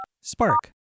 Spark